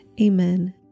Amen